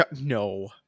No